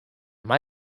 mei